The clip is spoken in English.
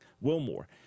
wilmore